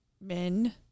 men